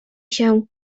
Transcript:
się